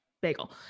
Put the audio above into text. bagel